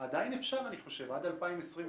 עדיין אפשר, עד 2025,